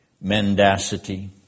mendacity